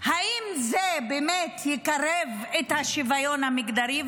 האם זה באמת יקרב את השוויון המגדרי?